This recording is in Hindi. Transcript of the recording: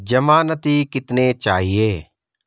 ज़मानती कितने चाहिये?